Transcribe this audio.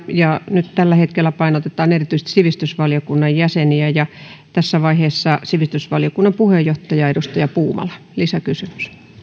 ja nyt tällä hetkellä painotetaan erityisesti sivistysvaliokunnan jäseniä ja tässä vaiheessa sivistysvaliokunnan puheenjohtajalle edustaja puumalalle lisäkysymys